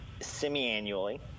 semi-annually